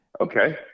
Okay